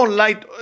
light